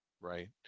right